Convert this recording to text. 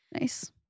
Nice